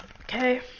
Okay